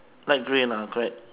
light grey lah correct